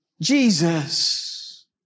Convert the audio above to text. Jesus